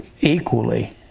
equally